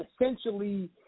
essentially